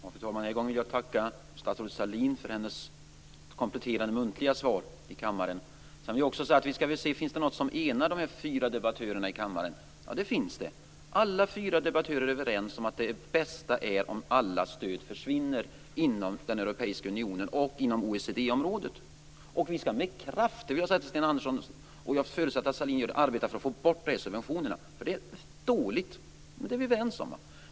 Fru talman! Än en gång vill jag tacka statsrådet Sedan vill jag också se: Finns något som enar de fyra debattörerna i kammaren? Ja, det finns det. Alla fyra debattörer är överens om att det bästa är om alla stöd försvinner inom den europeiska unionen och inom OECD-området. Vi skall med kraft - det vill jag säga till Sten Andersson, och jag förutsätter att Sahlin gör det - arbeta för att få bort subventionerna. Det är dåligt. Det är vi överens om.